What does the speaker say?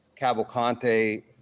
Cavalcante